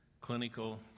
clinical